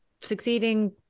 succeeding